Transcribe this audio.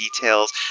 details